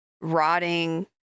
rotting